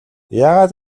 яагаад